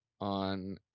on